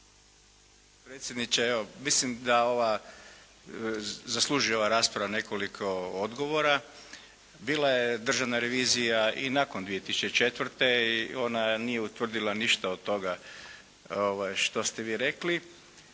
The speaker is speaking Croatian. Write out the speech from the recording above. potpredsjedniče, evo mislim da zaslužuje ova rasprava nekoliko odgovora. Bila je Državna revizija i nakon 2004. i ona nije utvrdila ništa od toga što ste vi rekli.